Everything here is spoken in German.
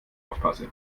aufpasse